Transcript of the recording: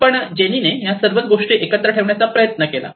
पण जेनीने या सर्वच गोष्टी एकत्र ठेवण्याचा प्रयत्न केला